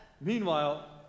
meanwhile